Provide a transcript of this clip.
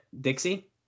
Dixie